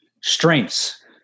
strengths